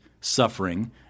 suffering